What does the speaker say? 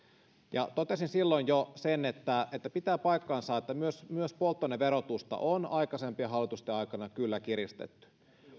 totesin silloin jo sen että että pitää paikkansa että myös myös polttoaineverotusta on aikaisempien hallitusten aikana kyllä kiristetty